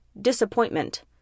disappointment